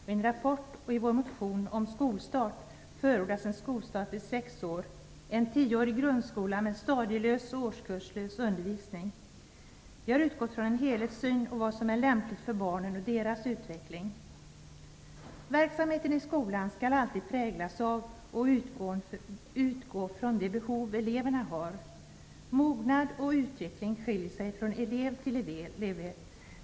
I en rapport och i vår motion om skolstart förordas en skolstart vid sex år, en tioårig grundskola med stadielös och årskurslös undervisning. Vi har utgått från en helhetssyn och vad som är lämpligt för barnen och deras utveckling. Verksamheten i skolan skall alltid präglas av och utgå från de behov eleverna har. Mognad och utveckling skiljer sig från elev till elev.